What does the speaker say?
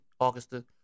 Augusta